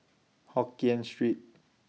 Hokien Street